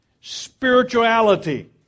spirituality